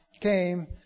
came